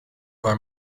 were